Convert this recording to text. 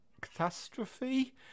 Catastrophe